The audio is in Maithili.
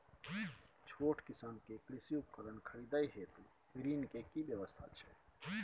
छोट किसान के कृषि उपकरण खरीदय हेतु ऋण के की व्यवस्था छै?